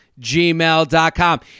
Gmail.com